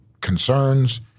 concerns